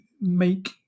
make